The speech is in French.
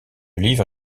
livre